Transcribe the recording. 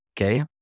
Okay